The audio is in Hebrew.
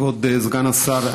כבוד סגן השר,